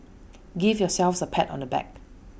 give yourselves A pat on the back